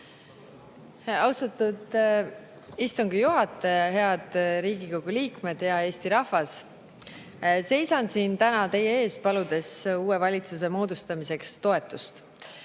Austatud istungi juhataja! Head Riigikogu liikmed! Hea Eesti rahvas! Seisan siin täna teie ees, paludes uue valitsuse moodustamiseks toetust.